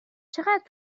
چقدر